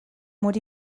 mod